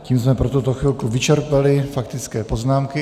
Tím jsme pro tuto chvilku vyčerpali faktické poznámky.